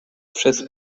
przez